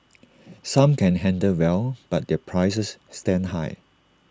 some can handle well but their prices stand high